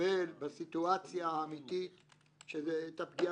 מחבל בסיטואציה האמיתית של הפגיעה,